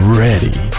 ready